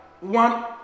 one